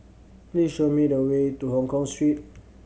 please show me the way to Hongkong Street